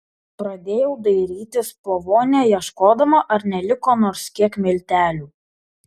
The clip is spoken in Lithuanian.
pradėjau dairytis po vonią ieškodama ar neliko nors kiek miltelių